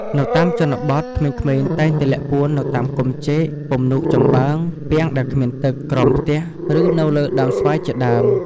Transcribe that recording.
នៅតាមជនបទ ក្មេងៗតែងតែលាក់ពួននៅតាមគុម្ពចេក ពំនូកចំបើង ពាងដែលគ្មានទឹក ក្រោមផ្ទះ ឬ នៅលើដើមស្វាយជាដើម។